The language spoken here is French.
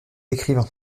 écrivain